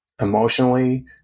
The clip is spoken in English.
Emotionally